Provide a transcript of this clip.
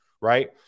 right